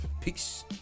Peace